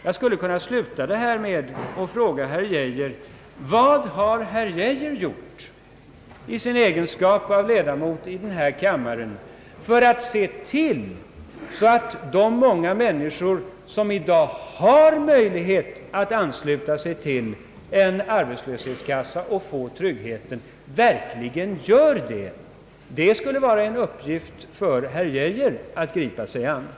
Jag skulle vilja sluta mitt anförande med att fråga herr Geijer: Vad har herr Geijer gjort i sin egenskap av ledamot i denna kammare för att se till att de många människor som i dag har möjlighet att ansluta sig till en arbetslöshetskassa och få trygghet verkligen gör det? Det skulle verkligen vara en uppgift för herr Geijer att gripa sig an med.